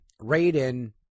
Raiden